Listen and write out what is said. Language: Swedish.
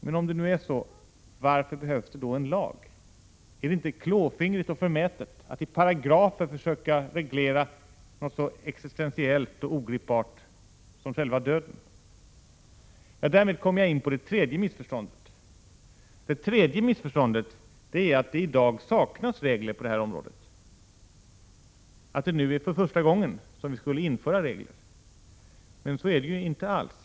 Men om det nu är så — varför behövs det då en lag? Är det inte klåfingrigt och förmätet att i paragrafer försöka reglera något så existentiellt och ogripbart som själva döden? Därmed kommer jag in på det tredje missförståndet. Det tredje missförståndet är att det i dag saknas regler på detta område, att det nu är första gången som vi skulle införa regler. Så är det inte alls.